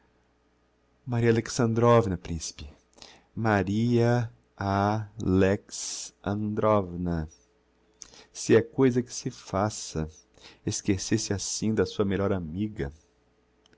maria alexandrovna principe maria a lex androvna se é coisa que se faça esquecer-se assim da sua melhor amiga